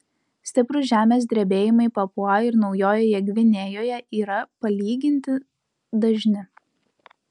stiprūs žemės drebėjimai papua ir naujojoje gvinėjoje yra palyginti dažni